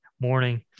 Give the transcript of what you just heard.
morning